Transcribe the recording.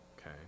okay